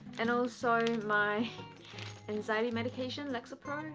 and also my anxiety medication lexapro.